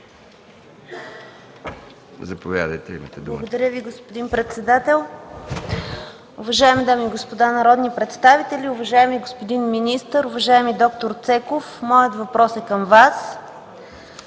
Заповядайте, имате думата.